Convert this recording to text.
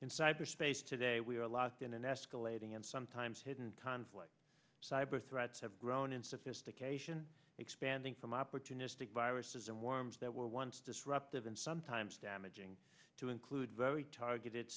cyberspace today we are locked in an escalating and sometimes hidden conflict cyber threats have grown in sophistication expanding from opportunistic viruses and worms that were once disruptive and sometimes damaging to include very targeted